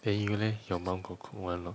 then you leh your mum got cook one or not